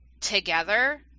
together